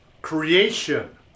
creation